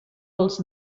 els